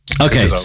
okay